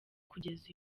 kugeza